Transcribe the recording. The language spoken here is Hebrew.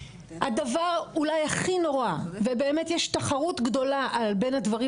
הדבר אולי הכי נורא ובאמת יש תחרות גדולה על בין הדברים